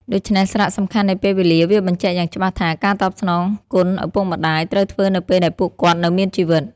ដូច្នេះសារៈសំខាន់នៃពេលវេលា វាបញ្ជាក់យ៉ាងច្បាស់ថា ការតបស្នងគុណឪពុកម្តាយត្រូវធ្វើនៅពេលដែលពួកគាត់នៅមានជីវិត។